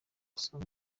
usanga